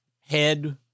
head